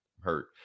hurt